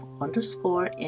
underscore